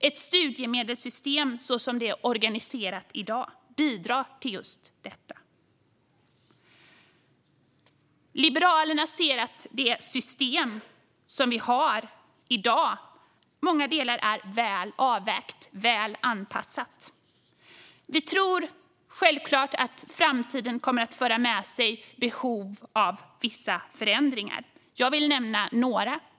Ett studiemedelssystem så som det är organiserat i dag bidrar till just detta. Liberalerna ser att det system som vi har i dag i många delar är väl avvägt och anpassat. Vi tror självklart att framtiden kommer att föra med sig behov av vissa förändringar. Jag vill nämna några.